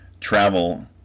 Travel